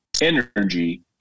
energy